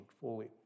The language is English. fully